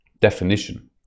definition